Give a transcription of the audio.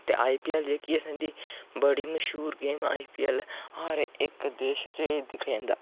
ते आईपीऐल्ल जेह्की स इं'दी बड़ी मश्हूर गेमां न आईपीऐल्ल हर इक देश च एह् दिक्खेआ जंदा